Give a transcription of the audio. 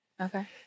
Okay